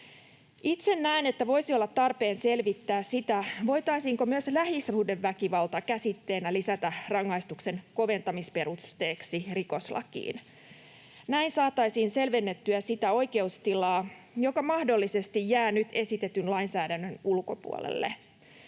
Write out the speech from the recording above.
Itse näen, että voisi olla tarpeen selvittää sitä, voitaisiinko myös lähisuhdeväkivalta käsitteenä lisätä rangaistuksen koventamisperusteeksi rikoslakiin. Näin saataisiin selvennettyä sitä oikeustilaa, joka mahdollisesti jää nyt esitetyn lainsäädännön ulkopuolelle.